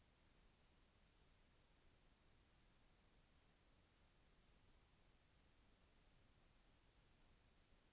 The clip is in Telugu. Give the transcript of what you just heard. కత్తెర పురుగు వల్ల కంది లో వాటిల్ల నష్టాలు ఏంటి